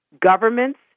Governments